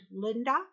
Linda